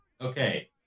Okay